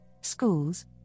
schools